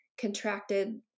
contracted